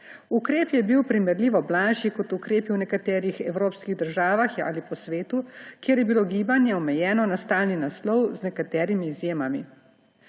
Ukrep je bil primerljivo blažji kot ukrepi v nekaterih evropskih državah ali po svetu, kjer je bilo gibanje omejeno na stalni naslov z nekaterimi izjemami.